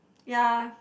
ya